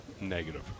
Negative